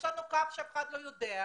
יש קו שאף אחד לא יודע,